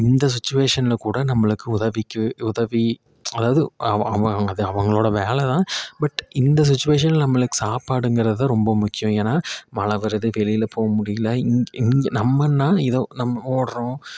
இந்த சுச்சுவேஷனில் கூட நம்மளுக்கு உதவிக்கு உதவி அதாவது அவங்க அவங்களோட வேலை தான் பட் இந்த சுச்சுவேஷனில் நம்மளுக்கு சாப்பாடுங்கிறது ரொம்ப முக்கியம் ஏன்னா மழை வருது வெளியில் போக முடியல இங்கே இங்கே நம்மன்னா ஏதோ நம்ம ஓடுறோம்